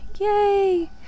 Yay